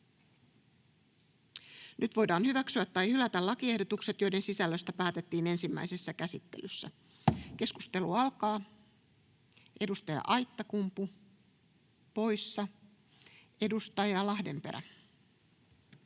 Nyt voidaan hyväksyä tai hylätä lakiehdotus, jonka sisällöstä päätettiin ensimmäisessä käsittelyssä. — Keskustelua, edustaja Kemppi. Arvoisa rouva puhemies!